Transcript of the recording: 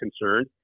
concerned